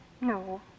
No